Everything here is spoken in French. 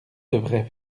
devrait